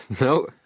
No